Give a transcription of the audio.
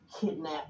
kidnap